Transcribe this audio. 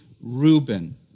Reuben